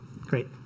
Great